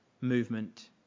movement